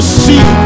see